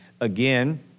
again